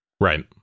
Right